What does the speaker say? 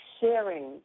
sharing